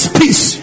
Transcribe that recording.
peace